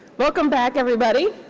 welcome back everybody.